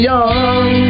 Young